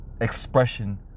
Expression